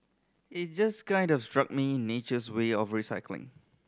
it just kind of struck me nature's way of recycling